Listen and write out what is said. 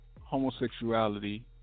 Homosexuality